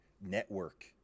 network